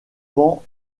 pan